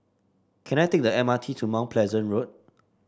can I take the M R T to Mount Pleasant Road